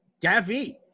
Gavi